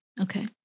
Okay